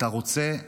אתה רוצה לעזור,